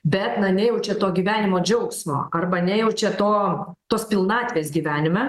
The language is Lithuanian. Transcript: bet na nejaučia to gyvenimo džiaugsmo arba nejaučia to tos pilnatvės gyvenime